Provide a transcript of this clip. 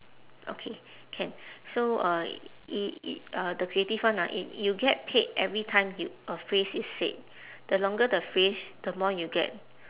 okay can so uh i~ i~ uh the creative one ah i~ you get paid every time you a phrase is said the longer the phrase the more you get